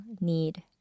need